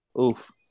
Oof